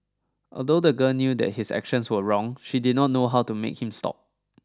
although the girl knew that his actions were wrong she did not know how to make him stop